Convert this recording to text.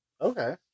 Okay